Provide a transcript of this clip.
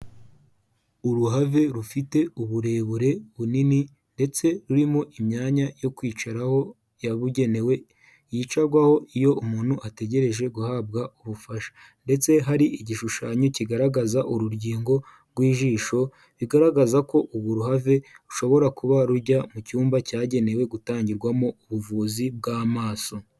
Uruhave rufite uburebure bunini ndetse rurimo imyanya yo kwicaraho yabugenewe yicarwaho iyo umuntu ategereje guhabwa ubufasha, ndetse hari igishushanyo kigaragaza urugingogo rw'ijisho rigaragaza ko ubu ruhave rushobora kuba rujya mu cyumba cyagenewe gutangirwamo ubuvuzi bw'amaso.